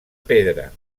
pedra